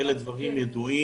אלו דברים ידועים.